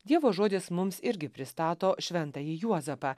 dievo žodis mums irgi pristato šventąjį juozapą